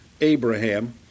Abraham